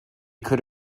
could